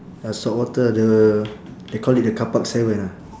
uh saltwater the they call it the carpark seven ah